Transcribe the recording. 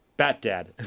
Bat-dad